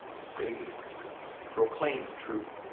say and proclaim the truth,